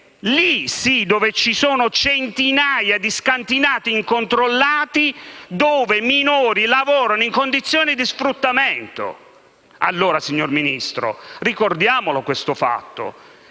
lì sì ci sono centinaia di scantinati incontrollati dove i minori lavorano in condizioni di sfruttamento. Signor Ministro, ricordiamolo questo fatto,